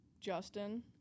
Justin